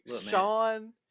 Sean